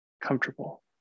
comfortable